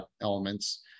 elements